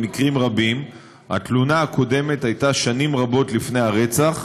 במקרים רבים התלונה הקודמת הייתה שנים רבות לפני הרצח,